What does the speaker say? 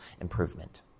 improvement